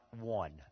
one